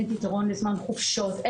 אין פתרון לזמן חופשות,